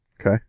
Okay